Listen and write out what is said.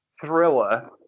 thriller